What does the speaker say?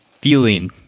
feeling